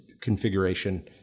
configuration